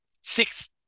Six